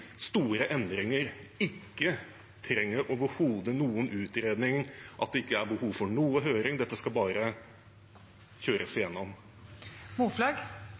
store endringer overhodet ikke trenger noen utredning, at det ikke er behov for noen høring, og at dette bare skal kjøres